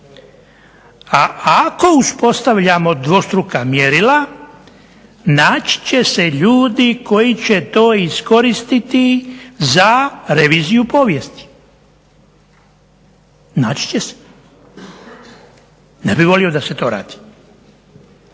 A ako uspostavljamo dvostruka mjerila naći će se ljudi koji će to iskoristiti za reviziju povijesti. Naći će se. Ne bih volio da se to radi.